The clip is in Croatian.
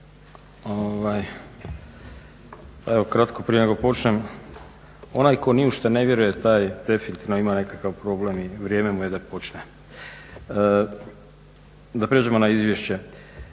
evo kratko prije nego počnem. Onaj tko ni u šta ne vjeruje taj definitivno ima nekakav problem i vrijeme mu je da počne. Da prijeđemo na Izvješće.